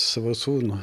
savo sūnų